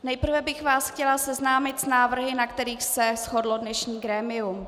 Nejprve bych vás chtěla seznámit s návrhy, na kterých se shodlo dnešní grémium.